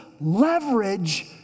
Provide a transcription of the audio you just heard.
leverage